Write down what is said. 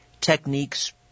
techniques